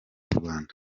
rwanda